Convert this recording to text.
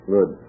Good